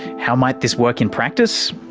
how might this work in practice?